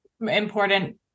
important